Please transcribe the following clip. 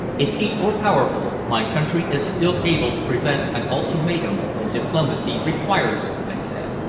effete or powerful, my country is still able to present an ultimatum when diplomacy requires it, i said.